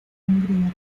hungría